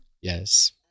Yes